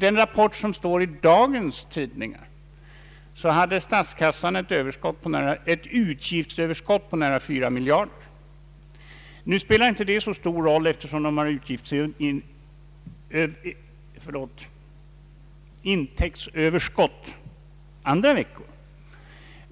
den rapport som står i dagens tidningar att statskassan den gångna veckan haft ett utgiftsöverskott på nära 4 miljarder kronor. Nu spelar detta inte så stor roll, eftersom intäktsöverskott förekommer andra veckor.